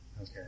Okay